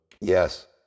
yes